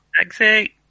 Exit